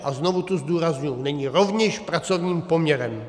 A znovu tu zdůrazňuji není rovněž pracovním poměrem.